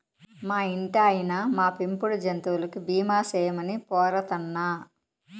మా ఇంటాయినా, మా పెంపుడు జంతువులకి బీమా సేయమని పోరతన్నా